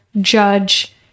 judge